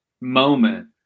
moment